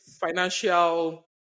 financial